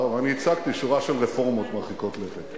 והצגתי שורה של רפורמות מרחיקות לכת.